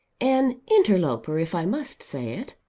an interloper if i must say it.